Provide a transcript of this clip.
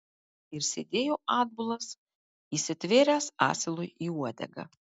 ir sėdėjo atbulas įsitvėręs asilui į uodegą